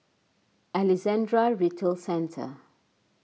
Alexandra Retail Centre